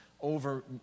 over